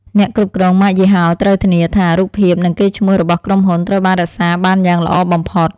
អ្នកគ្រប់គ្រងម៉ាកយីហោត្រូវធានាថា រូបភាពនិងកេរ្តិ៍ឈ្មោះរបស់ក្រុមហ៊ុនត្រូវបានរក្សាបានយ៉ាងល្អបំផុត។